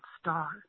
star